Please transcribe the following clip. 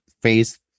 phase